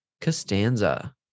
Costanza